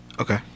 Okay